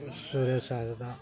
Suresh Hansda